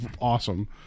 awesome